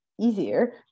easier